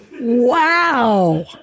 wow